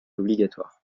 obligatoire